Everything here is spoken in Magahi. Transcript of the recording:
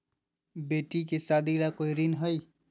बेटी के सादी ला कोई ऋण हई?